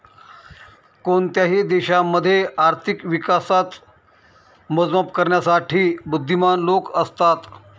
कोणत्याही देशामध्ये आर्थिक विकासाच मोजमाप करण्यासाठी बुध्दीमान लोक असतात